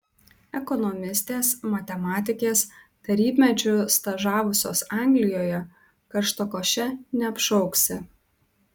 ekonomistės matematikės tarybmečiu stažavusios anglijoje karštakoše neapšauksi